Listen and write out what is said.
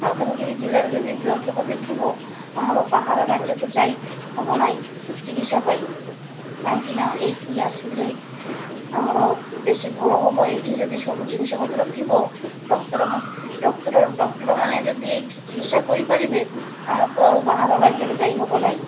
ମାଲକାନଗିରି ଜିଲ୍ଲାରେ ଯଦି ଯନ୍ତ୍ରପାତି ଥିବ ଆମର ବାହାର ରାଜ୍ୟକୁ ଯାଇ ହବ ନାହିଁ ଚିକିତ୍ସା ପାଇ କାହିଁକି ନା ଏଇଠି ଆସିଲେ ଆମର ବେଶୀ ଭଲ ହବ ଏଇଠି ଯଦି ସବୁ ଜିନିଷପତ୍ର ଥିବ ଡକ୍ଟର ଡକ୍ଟର ଡକ୍ଟର ମାନେ ଯଦି ଏଇଠି ଚିକିତ୍ସା କରିପାରିବେ ଆମକୁ ଆଉ ବାହାର ରାଜ୍ୟରେ ଯାଇ ହବ ନାହିଁ